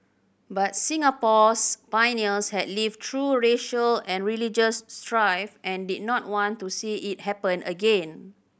but Singapore's pioneers had lived through racial and religious strife and did not want to see it happen again